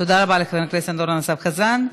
תודה רבה לחבר הכנסת אורן אסף חזן.